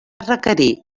requerir